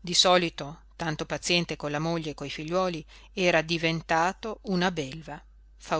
di solito tanto paziente con la moglie e coi figliuoli era diventato una belva